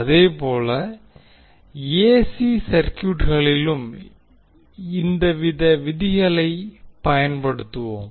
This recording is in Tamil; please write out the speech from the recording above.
அதே போல ஏசி சர்க்யூட்களிலும் இந்தவித விதிகளை பயன்படுத்துவோம்